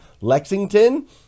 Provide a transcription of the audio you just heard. lexington